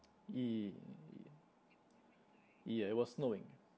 ye~ yeah it was snowing